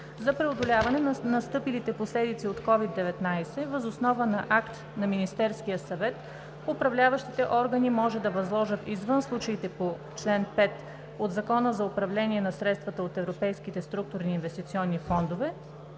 За преодоляване на настъпилите последици от COVID-19 въз основа на акт на Министерския съвет управляващите органи може да възложат извън случаите по чл. 5 от Закона за управление на средствата от европейските структурни и инвестиционни фондове